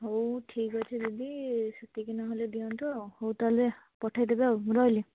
ହଉ ଠିକ୍ ଅଛି ଦିଦି ସେତିକି ନହେଲେ ଦିଅନ୍ତୁ ଆଉ ହଉ ତା'ହେଲେ ପଠାଇଦେବେ ମୁଁ ରହିଲି